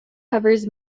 covers